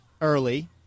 early